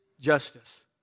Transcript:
justice